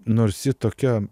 nors ji tokia